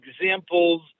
examples